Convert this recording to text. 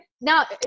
now